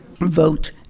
vote